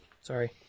Sorry